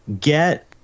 get